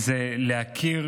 זה להכיר